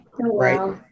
right